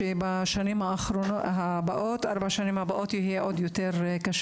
כנראה שבארבע השנים הבאות המצב יהיה עוד יותר קשה,